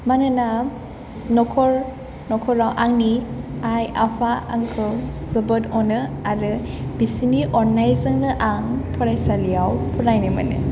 मानोना न'खर न'खराव आंनि आइ आफा आंखौ जोबोद अनो आरो बिसोरनि अननायजोंनो आं फरायसालियाव फरायनो मोनो